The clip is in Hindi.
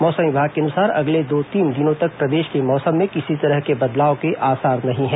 मौसम विभाग के अनुसार अगले दो तीन दिनों तक प्रदेश के मौसम में किसी तरह के बदलाव के आसार नहीं है